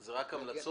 זה רק המלצות?